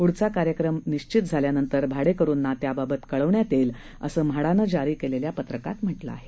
पुढचा कार्यक्रम निश्चित झाल्यानंतर भाडेकरुंना त्याबाबत कळवण्यात येईल असं म्हाडानं जारी केलेल्या पत्रकात म्हटलं आहे